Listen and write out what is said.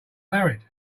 married